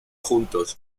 juntos